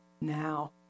now